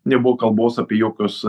nebuvo kalbos apie jokius